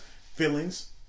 feelings